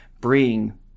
bring